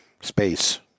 space